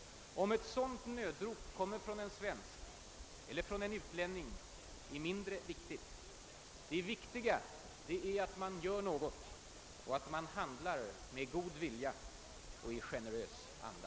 Om ett sådant nödrop kommer från en svensk eller utlänning är mindre viktigt. Det viktiga är att man gör något, att man handlar med god vilja och i generös anda.